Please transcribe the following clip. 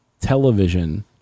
television